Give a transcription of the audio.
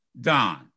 Don